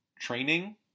training